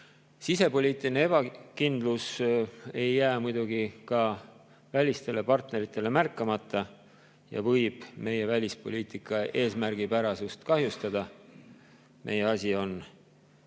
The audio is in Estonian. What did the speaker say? Sisepoliitiline ebakindlus ei jää muidugi ka välistele partneritele märkamata ja see võib meie välispoliitika eesmärgipärasust kahjustada. Meie asi on